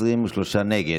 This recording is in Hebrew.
23 נגד.